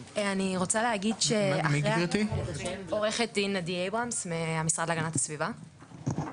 בלא מעט פגישות שקיימנו אתכם אחר כך